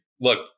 look